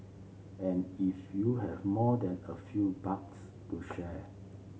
and if you have more than a few bucks to share